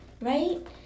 right